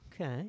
Okay